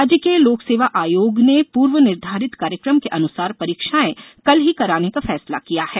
राज्य के लोक सेवा आयोग ने पूर्व निर्धारित कार्यक्रम के अन्सार परीक्षाएं कल ही कराने का फैसला किया है